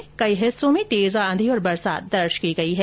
प्रदेश के कई हिस्सों में तेज आंधी और बरसात दर्ज की गई है